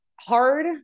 hard